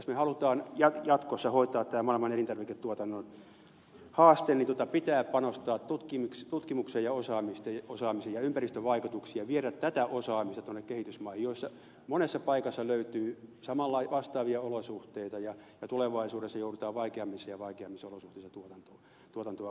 jos me haluamme jatkossa hoitaa tämän maailman elintarviketuotannon haasteen niin pitää panostaa tutkimukseen ja osaamiseen ja ympäristövaikutuksiin ja viedä tätä osaamista kehitysmaihin joissa monessa paikassa löytyy vastaavia olosuhteita ja tulevaisuudessa joudutaan vaikeammissa ja vaikeammissa olosuhteissa tuotantoa hoitamaan